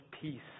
peace